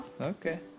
Okay